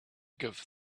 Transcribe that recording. give